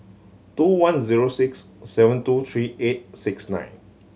two one zero six seven two three eight six nine